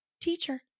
teacher